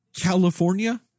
California